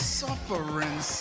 suffering